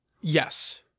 Yes